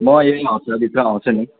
म यही हप्ताभित्र आउँछु नि